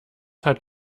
hat